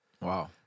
Wow